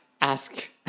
ask